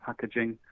packaging